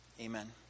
Amen